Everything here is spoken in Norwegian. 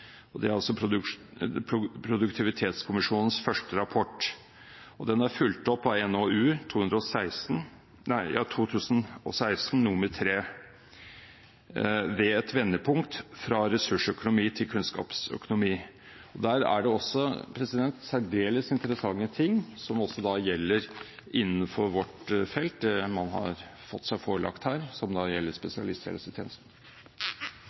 Produktivitetskommisjonens første rapport. Den ble fulgt opp av NOU 2016: 3 Ved et vendepunkt: Fra ressursøkonomi til kunnskapsøkonomi. Der er det også særdeles interessante ting som også gjelder innenfor vårt felt, det som man har fått seg forelagt her og som gjelder